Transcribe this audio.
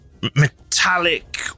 metallic